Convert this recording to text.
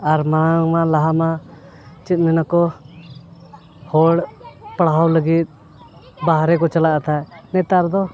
ᱟᱨ ᱢᱟᱲᱟᱝ ᱞᱟᱦᱟ ᱢᱟ ᱪᱮᱫ ᱢᱮᱱᱟᱠᱚ ᱦᱚᱲ ᱯᱟᱲᱦᱟᱣ ᱞᱟᱹᱜᱤᱫ ᱵᱟᱦᱨᱮ ᱠᱚ ᱪᱟᱞᱟᱜᱼᱟ ᱱᱮᱛᱟᱨ ᱫᱚ